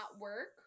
work